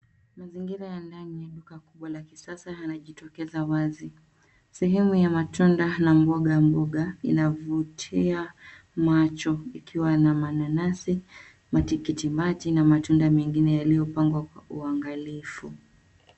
Mazingira ya ndani ya duka kubwa la kisasa, yanajitokeza wazi .Sehemu ya matunda na mboga mboga inavutia macho, ikiwa na mananasi ,matikiti maji na matunda mengine yaliyopangwa kwa uangalifu.